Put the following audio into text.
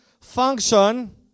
function